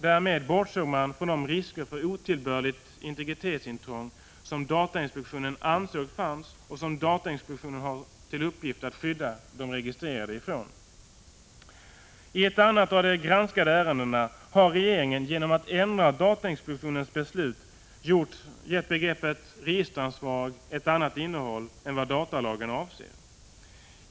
Därmed bortsåg man från de risker för otillbörligt integritetsintrång som datainspektionen ansåg fanns och som datainspektionen har till uppgift att skydda de registrerade för. I ett annat av de granskade ärendena har regeringen genom att ändra datainspektionens beslut gett begreppet registeransvarig ett annat innehåll än vad datalagen avser.